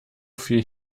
viel